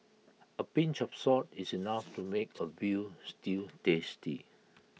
A pinch of salt is enough to make A Veal Stew tasty